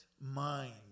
mind